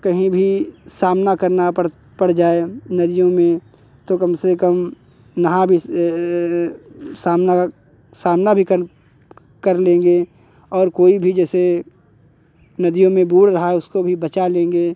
कहीं भी सामना करना पड़ पड़ जाए नदियों में तो कम से कम नहा भी सामना सामना भी कर कर लेंगे और कोई भी जैसे नदियों में बूड़ रहा है उसको भी बचा लेंगे